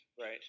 Right